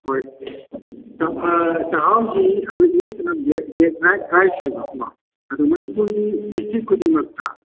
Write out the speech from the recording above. ꯍꯣꯏ ꯆꯥꯛꯍꯥꯎꯁꯤ ꯑꯩꯈꯣꯏ ꯏꯪꯂꯤꯁꯇꯅ ꯕ꯭ꯂꯦꯛ ꯔꯥꯏꯁ ꯍꯥꯏꯕꯀꯣ ꯑꯗꯣ ꯃꯅꯤꯄꯨꯔꯒꯤ ꯗꯤꯁꯇ꯭ꯔꯤꯛ ꯈꯨꯗꯤꯡꯃꯛꯇ